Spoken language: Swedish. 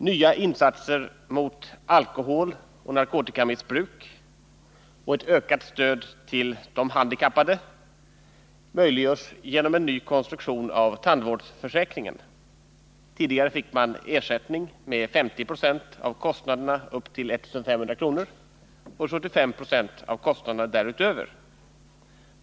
Nya insatser mot alkoholoch narkotikamissbruk och ett ökat stöd till de handikappade möjliggörs genom en ny konstruktion av tandvårdsförsäkringen. Tidigare fick man ersättning med 50 26 av kostnaderna upp till 1 500 och med 75 20 av kostnaderna därutöver.